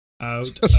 out